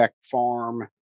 Farm